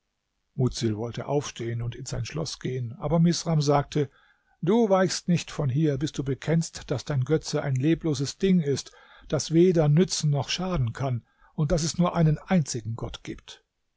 mudsil wollte aufstehen und in sein schloß gehen aber misram sagte du weichst nicht von hier bis du bekennst daß dein götze ein lebloses ding ist das weder nützen noch schaden kann und daß es nur einen einzigen gott gibt